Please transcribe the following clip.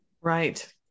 right